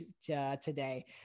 today